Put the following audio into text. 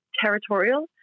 territorial